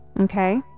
okay